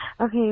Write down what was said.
Okay